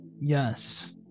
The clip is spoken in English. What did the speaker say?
Yes